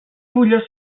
fulles